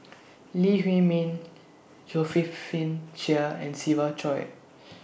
Lee Huei Min Chia and Siva Choy